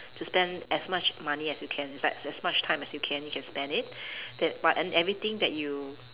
to spend as much money as you can it's like as much time as you can you can spend it then but then everything that you